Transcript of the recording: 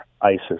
ISIS